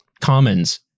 Commons